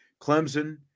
Clemson